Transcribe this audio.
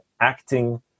acting